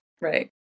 Right